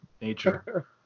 nature